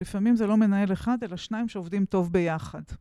לפעמים זה לא מנהל אחד, אלא שניים שעובדים טוב ביחד.